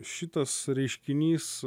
šitas reiškinys